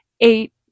eight